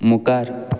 मुखार